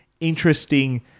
interesting